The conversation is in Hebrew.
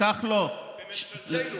בממשלתנו.